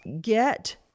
get